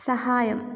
സഹായം